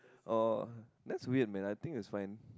oh that's weird man I think is rain